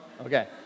Okay